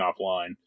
offline